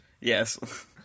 Yes